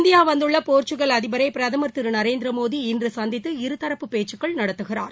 India வந்துள்ள Portugal அதிபரை பிரதம் திரு நரேந்திரமோடி இன்று சந்தித்து இருதரப்பு பேச்சுக்கள் நடத்துகிறார்